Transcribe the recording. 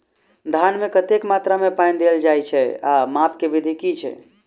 धान मे कतेक मात्रा मे पानि देल जाएँ छैय आ माप केँ विधि केँ छैय?